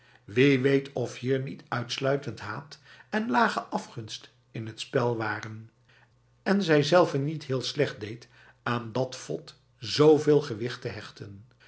wie weet of hier niet uitsluitend haat en lage afgunst in het spel waren en zijzelve niet heel slecht deed aan dat vod zoveel gewicht te hechten